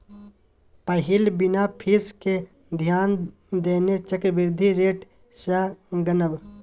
पहिल बिना फीस केँ ध्यान देने चक्रबृद्धि रेट सँ गनब